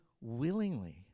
willingly